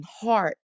heart